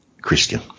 christian